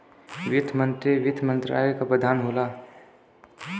वित्त मंत्री वित्त मंत्रालय क प्रधान होला